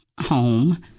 home